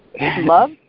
love